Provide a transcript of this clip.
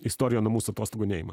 istorija nuo mūsų atostogų neima